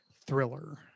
thriller